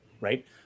right